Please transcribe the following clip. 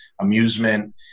amusement